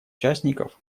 участников